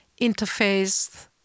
interface